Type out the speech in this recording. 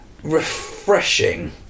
refreshing